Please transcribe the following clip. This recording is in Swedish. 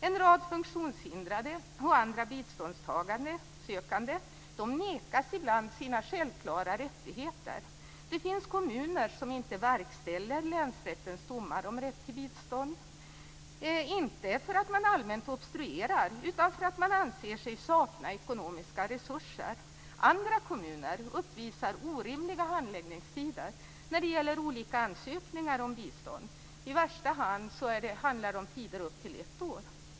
En rad funktionshindrade och andra biståndssökande nekas ibland sina självklara rättigheter. Det finns kommuner som inte verkställer länsrättens domar om rätt till bistånd - inte för att man allmänt obstruerar, utan för att man anser sig sakna ekonomiska resurser. Andra kommuner uppvisar orimliga handläggningstider när det gäller olika ansökningar om bistånd. I värsta fall handlar det om tider upp till ett år.